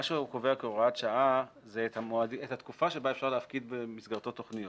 מה שקובע כהוראת שעה זו התקופה שבה אפשר להפקיד במסגרתו תוכניות.